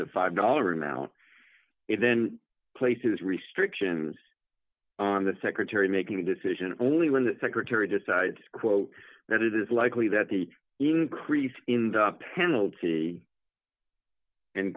the five dollars amount it then places restrictions on the secretary making a decision only when the secretary decides that it is likely that the increase in the penalty and